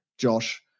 Josh